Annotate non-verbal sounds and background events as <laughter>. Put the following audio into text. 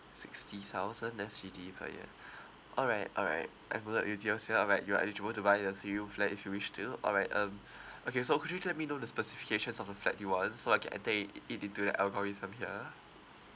sixty thousand S_G_D per year <breath> all right all right I've noted with yourself right you are eligible to buy a three room flat if you wish to all right um <breath> okay so could you let me know the specifications of the flat you want so that I can enter it it into the algorithm here